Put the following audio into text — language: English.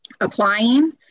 applying